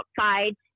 outside